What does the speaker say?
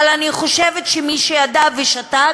אבל אני חושבת שמי שידע ושתק,